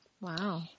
Wow